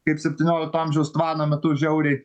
kaip septyniolikto amžiaus tvano metu žiauriai